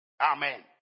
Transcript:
Amen